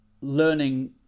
learning